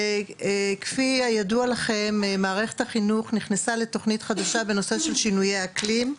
כפי הידוע לכם מערכת החינוך נכנסה לתוכנית חדשה בנושא של שינויי אקלים,